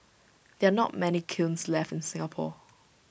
there are not many kilns left in Singapore